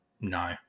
no